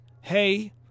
hey